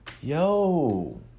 Yo